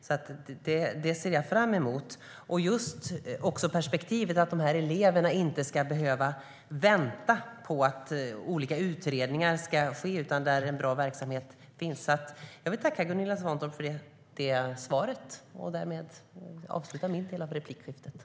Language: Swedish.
Det ser jag alltså fram emot, och det gäller även perspektivet att eleverna inte ska behöva vänta på att olika utredningar ska ske där en bra verksamhet finns.